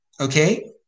Okay